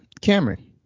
Cameron